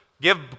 give